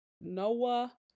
Noah